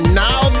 now